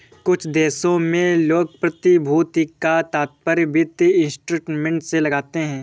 कुछ देशों में लोग प्रतिभूति का तात्पर्य वित्तीय इंस्ट्रूमेंट से लगाते हैं